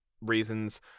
reasons